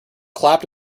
clapped